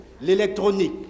l'électronique